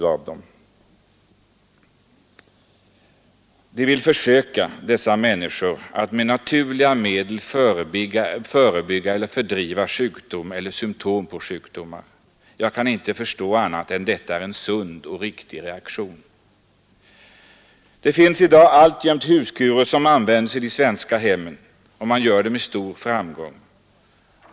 Dessa människor vill försöka att med mera naturliga medel förebygga eller fördriva sjukdomar eller symtom på sjukdomar. Jag kan inte förstå annat än att detta är en sund och riktig reaktion. Det finns i dag alltjämt huskurer som används i de svenska hemmen — och med stor framgång.